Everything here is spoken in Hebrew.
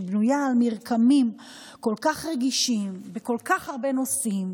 שבנויה על מרקמים כל כך רגישים בכל כך הרבה נושאים,